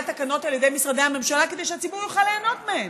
תקנות על ידי משרדי הממשלה כדי שהציבור יוכל ליהנות מהם.